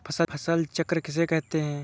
फसल चक्र किसे कहते हैं?